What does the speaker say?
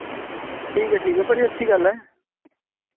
ठीक ऐ ठीक ऐ बड़ी अच्छी गल्ल ऐ